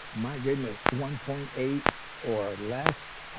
my goodness, one point eight or less,